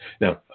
Now